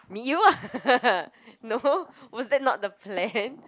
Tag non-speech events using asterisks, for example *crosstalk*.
meet you ah *laughs* no was that not the plan